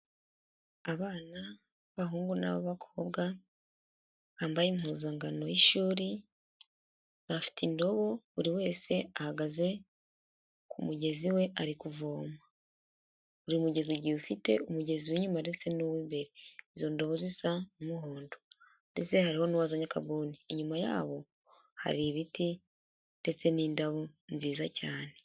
Abana b'abahungu n'ab'abakobwa bambaye impuzankano y'ishuri bafite indobo buri wese ahagaze ku mugezi we ari kuvoma buri mugezi igihe afite umugezi winyuma ndetse n'uw'imbere izo ndobo zisa umuhondo ndetse hari n'uwazanye akabuni inyuma yabo hari ibiti ndetse n'indabo nziza cyane.